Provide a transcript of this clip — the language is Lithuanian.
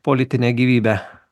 politinę gyvybę